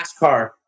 NASCAR